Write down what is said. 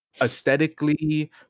aesthetically